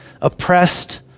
oppressed